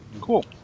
Cool